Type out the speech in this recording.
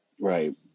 Right